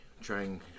trying